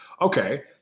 Okay